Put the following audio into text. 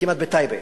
כמעט בטייבה,